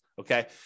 okay